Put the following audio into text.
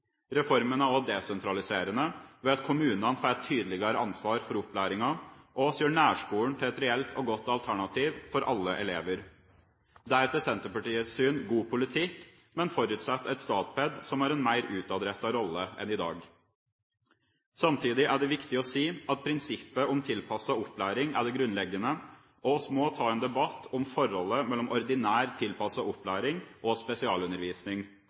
Reformen er også desentraliserende ved at kommunene får et tydeligere ansvar for opplæringa, og vi gjør nærskolen til et reelt og godt alternativ for alle elever. Det er etter Senterpartiets syn god politikk, men forutsetter et Statped som har en mer utadrettet rolle enn i dag. Samtidig er det viktig å si at prinsippet om tilpasset opplæring er det grunnleggende, og vi må ta en debatt om forholdet mellom ordinær tilpasset opplæring og spesialundervisning.